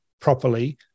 properly